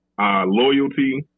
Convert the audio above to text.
loyalty